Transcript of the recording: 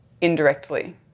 indirectly